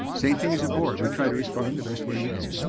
same thing as a board. we try to respond the best way we can.